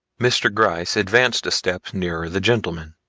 mr. gryce advanced a step nearer the gentleman.